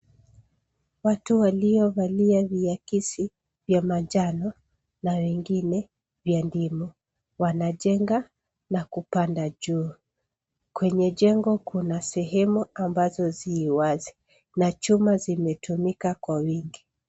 Watu waliovalia viakisi vya manjano na wengine vya ndimu, wanajenga na kupanda juu. Kwenye jengo kuna sehemu ambazo zi wazi na chuma zimetumika kwa wingi.